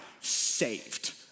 saved